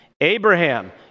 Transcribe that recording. Abraham